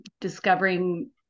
discovering